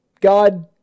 God